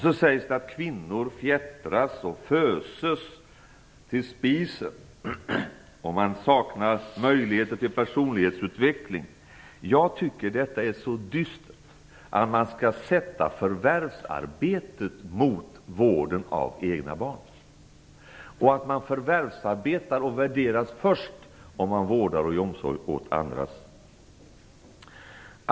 Det sägs att kvinnor fjättras och föses till spisen, att de saknar möjligheter till personlighetsutveckling. Jag tycker att det är så dystert att förvärvsarbetet skall sättas mot vården av egna barn, att den som vårdar barn "förvärvsarbetar" och värderas först då man vårdar och ger omsorg åt andras barn.